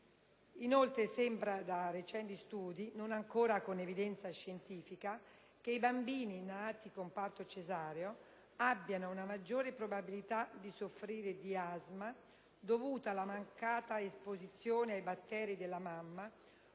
inoltre, da studi recenti non ancora con evidenza scientifica, che i bambini nati con parto cesareo abbiano una maggiore probabilità di soffrire di asma, dovuta alla mancata esposizione ai batteri della mamma,